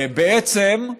בעצם,